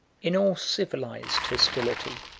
in all civilized hostility,